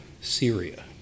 Syria